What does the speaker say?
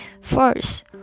First